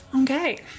Okay